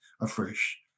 afresh